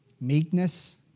meekness